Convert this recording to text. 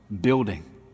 building